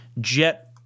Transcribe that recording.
jet